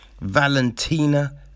Valentina